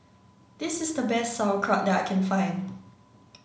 this is the best Sauerkraut that I can find